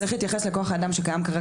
צריך להתייחס לכוח האדם שקיים כרגע